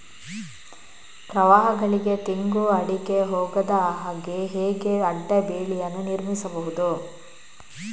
ಪ್ರವಾಹಗಳಿಗೆ ತೆಂಗು, ಅಡಿಕೆ ಹೋಗದ ಹಾಗೆ ಹೇಗೆ ಅಡ್ಡ ಬೇಲಿಯನ್ನು ನಿರ್ಮಿಸಬಹುದು?